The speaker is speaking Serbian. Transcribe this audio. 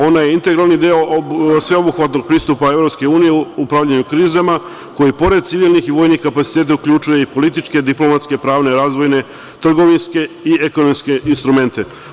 Ona je integralni deo sveobuhvatnog pristupa EU u upravljanju krizama, koji pored civilnih i vojnih kapaciteta uključuje i političke, diplomatske, pravne, razvojne, trgovinske i ekonomske instrumente.